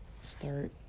start